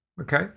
okay